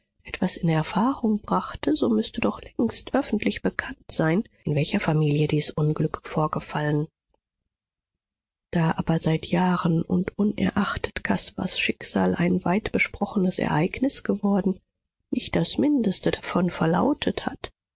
etwas in erfahrung brachte so müßte doch längst öffentlich bekannt sein in welcher familie dies unglück vorgefallen da aber seit jahren und unerachtet caspars schicksal ein weitbesprochenes ereignis geworden nicht das mindeste davon verlautet hat